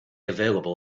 available